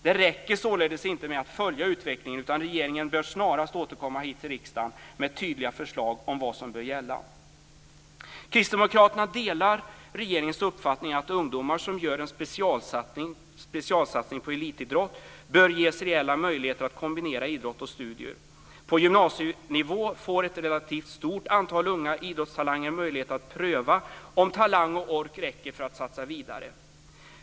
Det räcker således inte med att följa utvecklingen, utan regeringen bör snarast återkomma hit till riksdagen med tydliga förslag om vad som bör gälla. Kristdemokraterna delar regeringens uppfattning att ungdomar som gör en specialsatsning på elitidrott bör ges reella möjligheter att kombinera idrott och studier. På gymnasienivå får ett relativt stort antal unga idrottstalanger möjlighet att pröva om talang och ork räcker för att satsa vidare.